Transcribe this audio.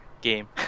game